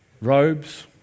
robes